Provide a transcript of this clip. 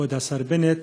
כבוד השר בנט,